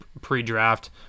pre-draft